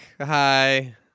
Hi